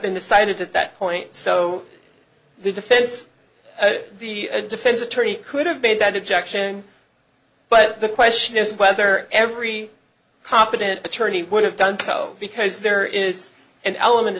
been decided at that point so the defense the defense attorney could have made that objection but the question is whether every competent attorney would have done so because there is an element of